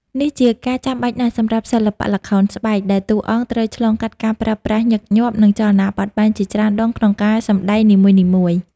នេះជាការចាំបាច់ណាស់សម្រាប់សិល្បៈល្ខោនស្បែក ដែលតួអង្គត្រូវឆ្លងកាត់ការប្រើប្រាស់ញឹកញាប់ និងចលនាបត់បែនជាច្រើនដងក្នុងការសម្ដែងនីមួយៗ។